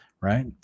Right